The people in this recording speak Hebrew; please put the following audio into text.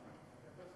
חבר הכנסת